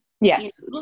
yes